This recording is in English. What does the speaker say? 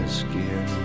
skin